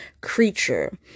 creature